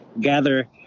gather